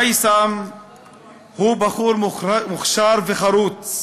מייסם הוא בחור מוכשר וחרוץ.